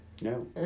No